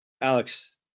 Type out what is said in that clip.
Alex